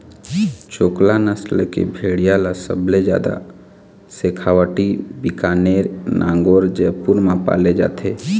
चोकला नसल के भेड़िया ल सबले जादा सेखावाटी, बीकानेर, नागौर, जयपुर म पाले जाथे